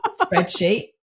spreadsheet